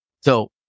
So-